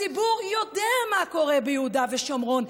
הציבור יודע מה קורה ביהודה ושומרון,